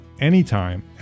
anytime